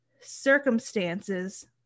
circumstances